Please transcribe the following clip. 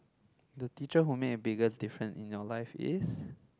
the teacher who make a bigger different in your life is